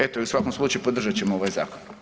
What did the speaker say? Eto i u svakom slučaju podržat ćemo ovaj zakon.